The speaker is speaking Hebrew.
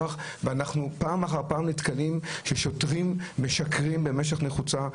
ואנחנו פעם אחר פעם נתקלים בזה ששוטרים משקרים במצח נחושה.